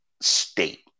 state